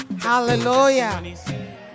Hallelujah